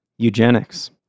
eugenics